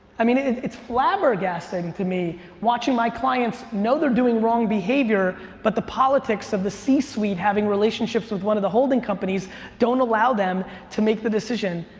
i mean, it's flabbergasting to me watching my clients know they're doing wrong behavior but the politics of the c-suite having relationships with one of the holding companies don't allow them to make the decision.